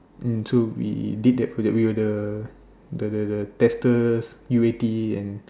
mm so we did that for the we were the the the the testers U_A_T and